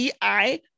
di